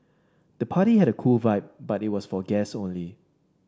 the party had a cool vibe but it was for guests only